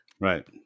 Right